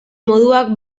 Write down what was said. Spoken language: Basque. moduak